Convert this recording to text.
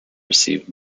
received